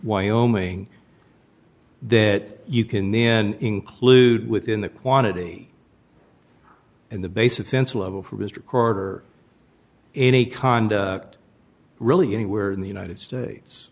wyoming that you can then include within the quantity and the base offense level for mr carter any kind really anywhere in the united states